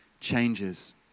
changes